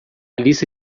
lista